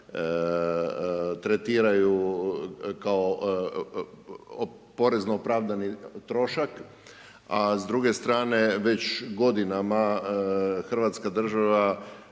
tretiraju kao porezno opravdani trošak, a s druge strane već godinama Hrvatska država